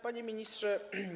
Panie Ministrze!